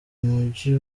mujyi